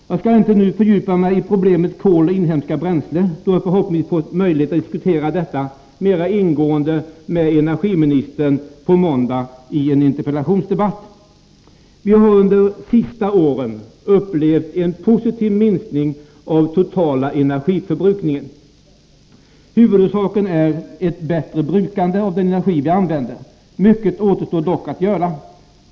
Jag skall inte nu fördjupa mig i problemet kol och inhemska bränslen, då jag förhoppningsvis får möjlighet att mera ingående diskutera detta med energiministern på måndag i en interpellationsdebatt. Vi har under de senaste åren upplevt en minskning av den totala energiförbrukningen, vilket är positivt. Huvudorsaken är ”ett bättre brukande” av den energi vi använder. Mycket återstår dock att göra.